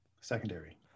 Secondary